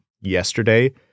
yesterday